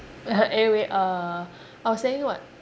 anyway uh I was saying what